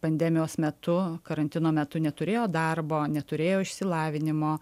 pandemijos metu karantino metu neturėjo darbo neturėjo išsilavinimo